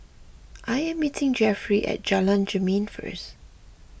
I am meeting Jeffrey at Jalan Jermin first